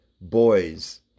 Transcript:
boys